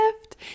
gift